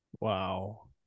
Wow